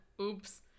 Oops